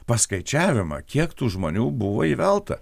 paskaičiavimą kiek tų žmonių buvo įvelta